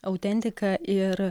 autentiką ir